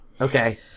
Okay